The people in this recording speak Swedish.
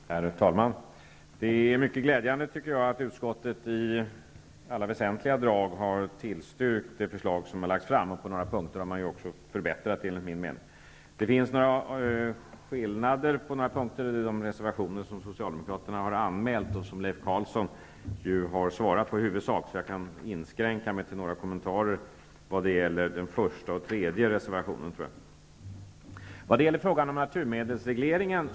Herr talman! Det är mycket glädjande att utskottet i alla väsentliga drag har tillstyrkt framlagt förslag och även, enligt min mening, förbättrat förslaget på en del punkter. Det föreligger några skillnader på några punkter i de reservationer som Socialdemokraterna har anmält och som Leif Carlson i huvudsak har svarat på. Jag inskränker mig därför till att kommentera den första och den tredje reservationen.